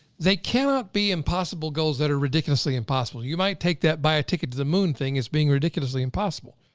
they cannot be impossible goals that are ridiculously impossible. you might take that buy a ticket to the moon thing as being ridiculously impossible,